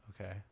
okay